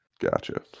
gotcha